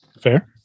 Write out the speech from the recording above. Fair